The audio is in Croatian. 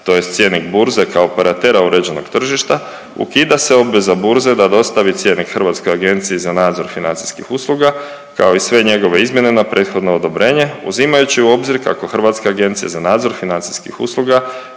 tj. cjenik burze kao operatera uređenog tržišta ukida se obveza burze da dostavi cjenik Hrvatskoj agenciji za nadzor financijskih usluga kao i sve njegove izmjene na prethodno odobrenje uzimajući u obzir kako Hrvatska agencija za nadzor financijskih usluga